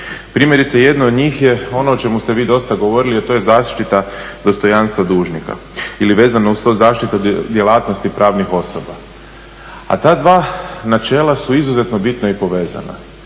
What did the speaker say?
Primjerice jedno od njih je ono o čemu ste vi dosta govorili, a to je zaštita dostojanstva dužnika ili vezano uz to zaštita djelatnosti pravnih osoba. A ta dva načela su izuzetno bitna i povezana,